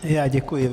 Já děkuji.